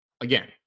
again